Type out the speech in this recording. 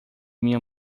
minha